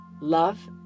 love